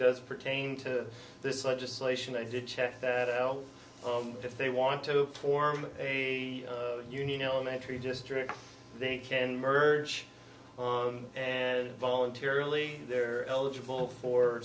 does pertain to this legislation i did check that out if they want to form a union elementary district they can merge on and voluntarily they're eligible for